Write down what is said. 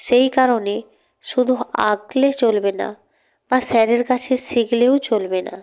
সেই কারণে শুধু আঁকলে চলবে না বা স্যারের কাছে শিখলেও চলবে না